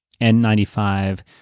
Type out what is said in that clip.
N95